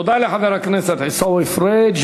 תודה לחבר הכנסת עיסאווי פריג'.